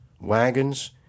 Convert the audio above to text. wagons